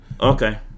Okay